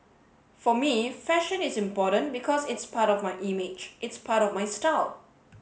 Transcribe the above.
for me fashion is important because it's part of my image it's part of my style